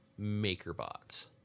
MakerBot